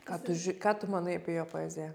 ką tu ži ką tu manai apie jo poeziją